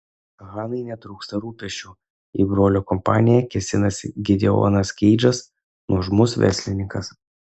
hanai netrūksta rūpesčių į brolio kompaniją kėsinasi gideonas keidžas nuožmus verslininkas